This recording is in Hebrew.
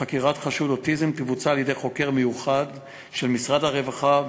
חקירת חשוד אוטיסט תבוצע על-ידי חוקר מיוחד של משרד הרווחה,